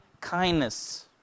kindness